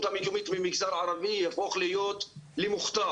המקומית ממגזר ערבי יהפוך להיות למוכתר.